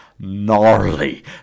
Gnarly